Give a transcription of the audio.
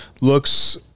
looks